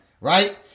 right